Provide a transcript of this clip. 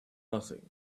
nothing